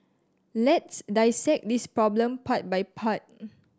let's dissect this problem part by part